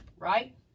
Right